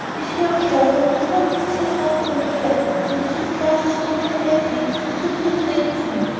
if you are careful you won't lose your sight altogether and if his glasses cure your headaches it will be a great thing.